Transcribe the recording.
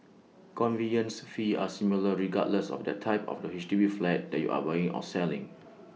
conveyance fees are similar regardless of the type of the H D B flat that you are buying or selling